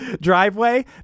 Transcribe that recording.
driveway